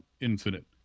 infinite